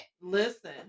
listen